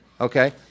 Okay